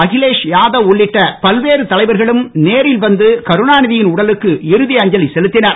அகிலேஷ் யாதவ் உள்ளிட்ட பல்வேறு தலைவர்களும் நேரில் வந்து கருணாநிதியின் உடலுக்கு இறுதி அஞ்சலி செலுத்தினர்